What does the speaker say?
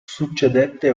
succedette